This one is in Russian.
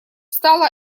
стало